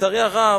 לצערי הרב,